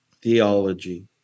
theology